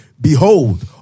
behold